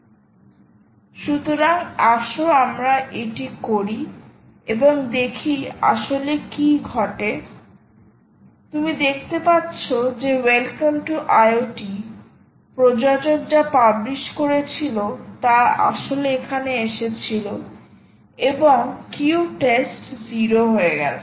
সুতরাং আসো আমরা এটি করি এবং দেখি আসলে কী ঘটে তুমি দেখতে পাচ্ছ যে ওয়েলকাম টু IoT প্রযোজক যা পাবলিশ করেছিল তা আসলে এখানে এসেছিল এবং কিউ টেস্ট 0 হয়ে গেছে